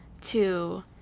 to-